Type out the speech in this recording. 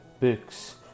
books